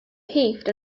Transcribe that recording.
heaved